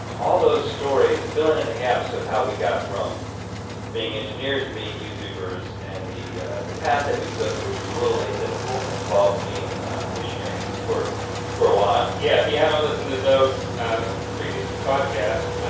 all those stories, filling in the gaps of how we got from being engineers to being youtubers and the the path that we took which was a little atypical involved being missionaries for for a while. yeah, if you haven't listened to those previous two podcasts,